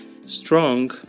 strong